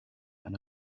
and